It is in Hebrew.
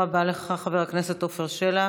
תודה רבה לך, חבר הכנסת עפר שלח.